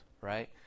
right